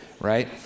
right